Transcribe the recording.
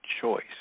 choice